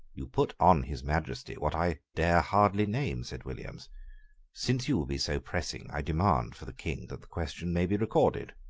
you put on his majesty what i dare hardly name, said williams since you will be so pressing, i demand, for the king, that the question may be recorded.